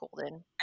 Golden